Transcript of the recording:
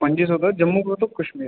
पं'जी सौ पर जम्मू तों कश्मीर